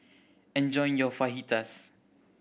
enjoy your Fajitas